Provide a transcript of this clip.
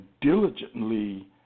diligently